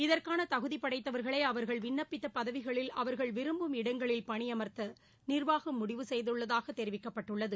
இதற்கான தகுதி படைத்தவர்களை அவர்கள் விண்ணப்பித்த பதவிகளில் அவர்கள் விரும்பும் இடங்களில் பணியமர்த்த நிர்வாகம் முடிவு செய்துள்ளதாக தெரிவிக்கப்பட்டுள்ளது